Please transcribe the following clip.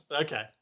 Okay